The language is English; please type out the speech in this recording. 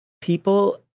people